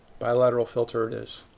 bilateral filter it is.